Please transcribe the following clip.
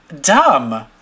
dumb